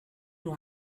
nur